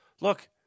look